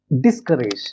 discouraged